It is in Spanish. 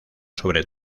sobre